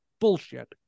bullshit